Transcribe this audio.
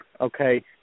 okay